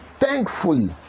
Thankfully